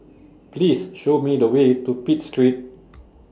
Please Show Me The Way to Pitt Street